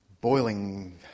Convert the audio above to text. boiling